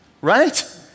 right